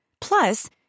Plus